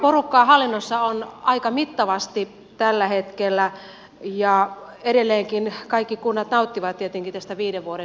porukkaa hallinnossa on aika mittavasti tällä hetkellä ja edelleenkin kaikki kunnat nauttivat tietenkin tästä viiden vuoden suoja ajasta